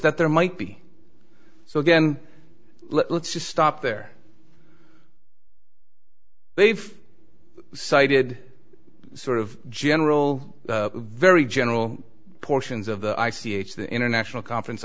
that there might be so again let's just stop there they've cited sort of general very general portions of the i c h the international conference